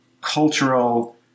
cultural